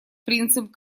принцип